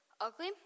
ugly